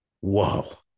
Whoa